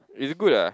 is it good ah